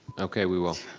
okay, we will.